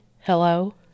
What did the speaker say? Hello